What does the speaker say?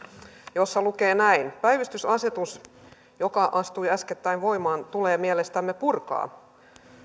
jossa lukee näin päivystysasetus joka astui äskettäin voimaan tulee mielestämme purkaa